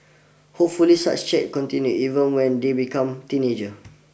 hopefully such chats continue even when they become teenagers